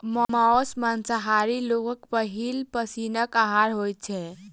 मौस मांसाहारी लोकक पहिल पसीनक आहार होइत छै